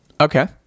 Okay